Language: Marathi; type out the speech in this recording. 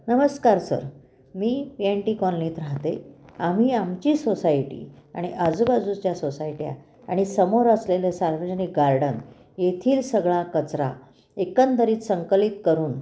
नमस्कार सर मी पी एन टी कॉलनीत राहते आम्ही आमची सोसायटी आणि आजूबाजूच्या सोसायट्या आणि समोर असलेले सार्वजनिक गार्डन येथील सगळा कचरा एकंदरीत संकलित करून